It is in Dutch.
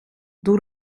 door